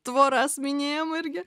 tvoras minėjom irgi